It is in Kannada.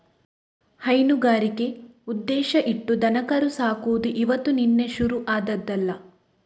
ಹೈನುಗಾರಿಕೆ ಉದ್ದೇಶ ಇಟ್ಟು ದನಕರು ಸಾಕುದು ಇವತ್ತು ನಿನ್ನೆ ಶುರು ಆದ್ದಲ್ಲ